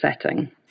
setting